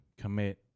commit